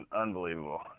unbelievable